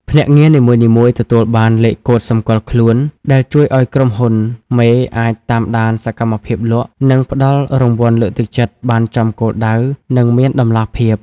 ភ្នាក់ងារនីមួយៗទទួលបាន "លេខកូដសម្គាល់ខ្លួន" ដែលជួយឱ្យក្រុមហ៊ុនមេអាចតាមដានសកម្មភាពលក់ និងផ្ដល់រង្វាន់លើកទឹកចិត្តបានចំគោលដៅ និងមានតម្លាភាព។